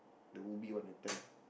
the Ubi one and turn lah